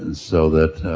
and so that